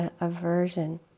aversion